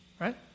right